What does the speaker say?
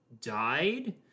died